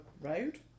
road